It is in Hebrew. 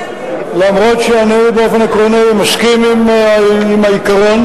אף שאני באופן עקרוני מסכים עם העיקרון,